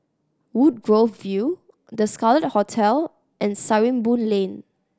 Woodgrove View The Scarlet Hotel and Sarimbun Lane